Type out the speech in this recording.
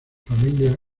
familia